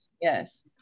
Yes